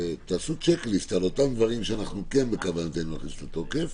שתעשו צ'ק ליסט על אותם דברים שכן בכוונתנו להכניס לתוקף.